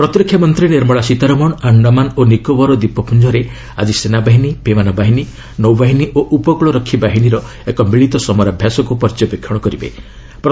ସୀତାରମଣ ପ୍ରତିରକ୍ଷା ମନ୍ତ୍ରୀ ନିର୍ମଳା ସୀତାରମଣ ଆଣ୍ଡାମାନ ଓ ନିକୋବର ଦ୍ୱୀପପୁଞ୍ଜରେ ଆଜି ସେନାବାହିନୀ ବିମାନ ବାହିନୀ ନୌବାହିନୀ ଓ ଉପକୂଳରକ୍ଷୀ ବାହିନୀର ଏକ ମିଳିତ ସମରାଭ୍ୟାସକୁ ପର୍ଯ୍ୟବେକ୍ଷଣ କରିବେ